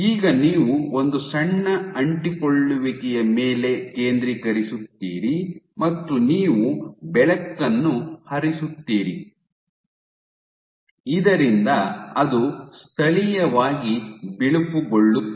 ಈಗ ನೀವು ಒಂದು ಸಣ್ಣ ಅಂಟಿಕೊಳ್ಳುವಿಕೆಯ ಮೇಲೆ ಕೇಂದ್ರೀಕರಿಸುತ್ತೀರಿ ಮತ್ತು ನೀವು ಬೆಳಕನ್ನು ಹರಿಸುತ್ತೀರಿ ಇದರಿಂದ ಅದು ಸ್ಥಳೀಯವಾಗಿ ಬಿಳುಪುಗೊಳ್ಳುತ್ತದೆ